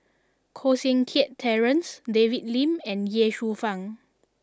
Koh Seng Kiat Terence David Lim and Ye Shufang